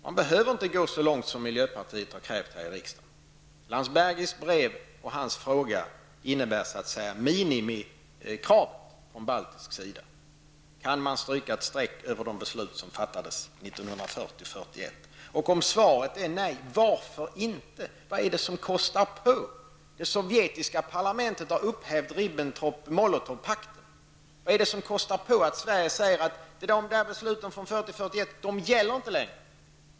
Man behöver inte gå så långt som miljöpartiet har krävt här riksdagen. Landsbergis brev och hans fråga innebär så att säga ett minimikrav från balternas sida. Kan man stryka ett streck över de beslut som fattades 1940--1941? Om svaret är nej: Varför inte? Vad är det som kostar på? Det sovjetiska parlamentet har upphävt Ribbentrop-- Molotov-pakten. Vad är det som kostar på att Sverige säger att besluten från 1940-1941 inte gäller längre?